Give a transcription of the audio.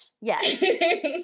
yes